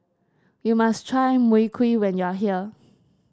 you must try Mui Kee when you are here